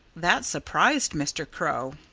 that surprised mr. crow.